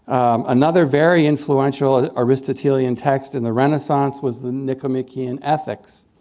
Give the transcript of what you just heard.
another very influential aristotelian text in the renaissance was the nicomachean ethics.